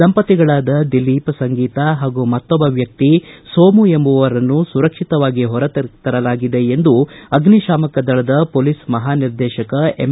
ದಂಪತಿಗಳಾದ ದಿಲೀಪ್ ಸಂಗೀತಾ ಹಾಗೂ ಮತ್ತೊಬ್ಬ ವ್ವಕ್ತಿ ಸೋಮು ಎಂಬುವವರನ್ನು ಸುರಕ್ಷಿತವಾಗಿ ಹೊರಗೆ ಕರತರಲಾಗಿದೆ ಎಂದು ಅಗ್ನಿಶಾಮಕ ದಳದ ಪೊಲೀಸ್ ಮಹಾನಿರ್ದೇಶಕ ಎಂ